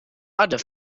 other